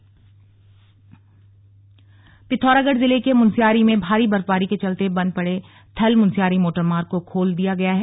slug रास्ता खुला पिथौरागढ़ जिले के मुनस्यारी में भारी बर्फबारी के चलते बंद पड़े थल मुनस्यारी मोटरमार्ग को खोल दिया गया है